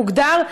זה מוגדר,